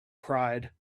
pride